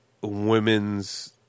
women's